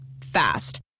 Fast